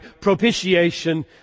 propitiation